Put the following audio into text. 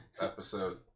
episode